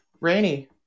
rainy